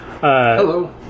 Hello